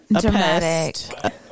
dramatic